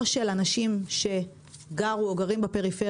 לא של אנשים שגרו או גרים בפריפריה,